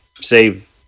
save